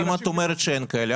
אם את אומרת שאין כאלה,